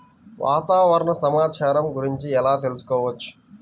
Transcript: వాతావరణ సమాచారం గురించి ఎలా తెలుసుకోవచ్చు?